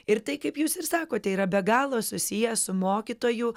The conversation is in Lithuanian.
ir tai kaip jūs ir sakote yra be galo susiję su mokytojų